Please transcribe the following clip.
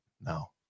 No